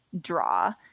draw